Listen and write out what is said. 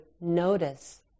notice